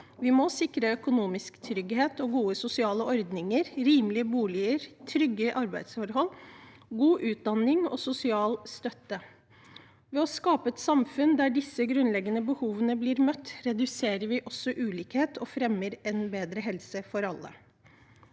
Vi må sikre økonomisk trygghet og gode sosiale ordninger, rimelige boliger, trygge arbeidsforhold, god utdanning og sosial støtte. Ved å skape et samfunn der disse grunnleggende behovene blir møtt, reduserer vi også ulikheten og fremmer en bedre helse for alle.